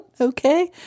Okay